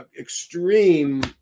extreme